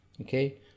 okay